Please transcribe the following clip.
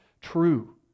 true